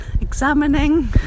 examining